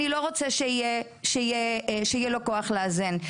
אנחנו לא רוצים שיהיה לו כוח לאזן.